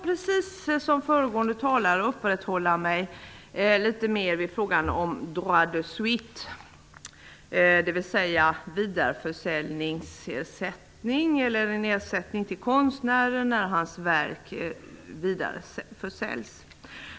Precis som föregående talare vill jag uppehålla mig litet mer vid frågan om ''droit de suite'', dvs.